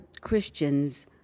Christians